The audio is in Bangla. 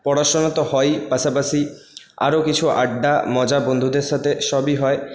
পড়াশোনা তো হয়ই পাশাপাশি আরও কিছু আড্ডা মজা বন্ধুদের সাথে সবই হয়